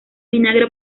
vinagre